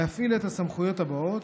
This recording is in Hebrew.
להפעיל את הסמכויות הבאות,